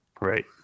Right